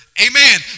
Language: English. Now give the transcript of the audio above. Amen